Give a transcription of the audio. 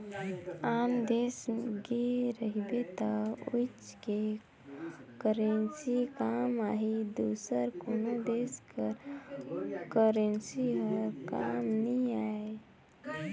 आन देस गे रहिबे त उहींच के करेंसी काम आही दूसर कोनो देस कर करेंसी हर काम नी आए